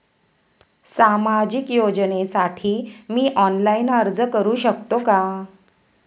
सामाजिक योजनेसाठी मी ऑनलाइन अर्ज करू शकतो का?